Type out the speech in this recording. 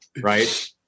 right